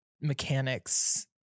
mechanics